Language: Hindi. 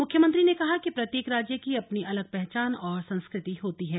मुख्यमंत्री ने कहा कि प्रत्येक राज्य की अपनी अलग पहचान और संस्कृति होती है